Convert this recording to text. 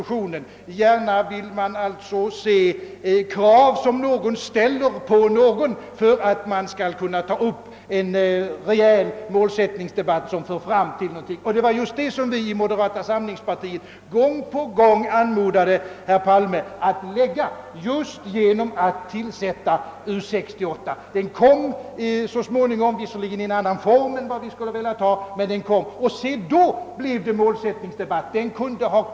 Man vill gärna t.ex. se, att någon ställer krav på någon annan för att man skall kunna ta upp en rejäl målsättningsdebatt som för fram till något resultat. Det var just det som vi från moderata samlingspartiet gång på gång uppmanade herr Palme att göra genom att sätta i gång U 68. Den kom så småningom till stånd, visserligen i en annan form än vad vi skulle ha önskat, och då blev det en målsättningsdebatt.